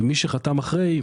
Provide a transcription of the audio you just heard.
ומי שחתם אחרי,